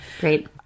great